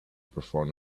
perform